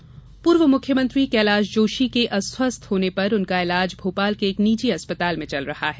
जोशी अस्वस्थ पूर्व मुख्यमंत्री कैलाश जोशी के अस्वस्थ होने पर उनका इलाज भोपाल के एक निजी अस्पताल में चल रहा है